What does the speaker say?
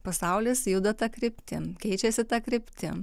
pasaulis juda ta kryptim keičiasi ta kryptim